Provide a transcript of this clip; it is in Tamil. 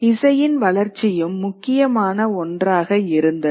இசையின் வளர்ச்சியும் முக்கியமான ஒன்றாக இருந்தது